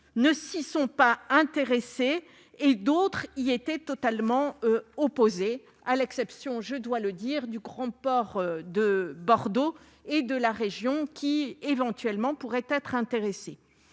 ne s'y sont pas intéressés et d'autres y étaient totalement opposés, à l'exception du grand port de Bordeaux et de la région qui pourraient être intéressés.